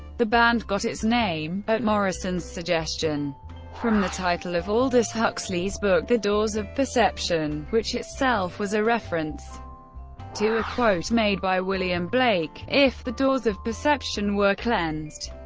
the band got its name, at morrison's suggestion from the title of aldous huxley's book the doors of perception, which itself was a reference to a quote made by william blake, if the doors of perception were cleansed,